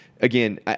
again